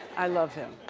i love him,